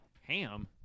Ham